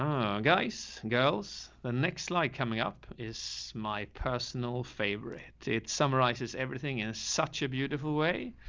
um guys and girls. the next slide coming up is my personal favorite. it summarizes everything is such a beautiful way,